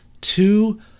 two